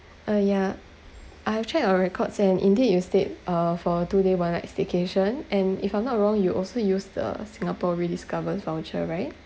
uh yeah I have checked your records and indeed you stayed uh for a two day one night staycation and if I'm not wrong you also used the singaporediscovers voucher right